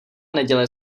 neděle